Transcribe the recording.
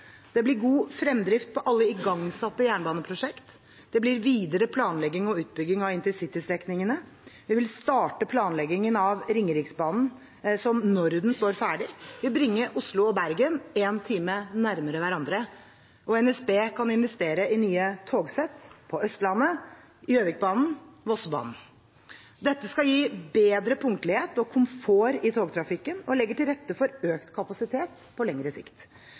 Det blir god fremdrift på alle igangsatte jernbaneprosjekt. Det blir videre planlegging og utbygging av intercitystrekningene. Vi vil starte planlegging av Ringeriksbanen, som når den står ferdig, vil bringe Oslo og Bergen én time nærmere hverandre. Og NSB kan investere i nye togsett – på Østlandet, Gjøvikbanen og Vossebanen. Dette skal gi bedre punktlighet og komfort i togtrafikken og legger til rette for økt kapasitet på lengre sikt.